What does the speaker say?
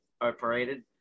operated